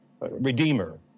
redeemer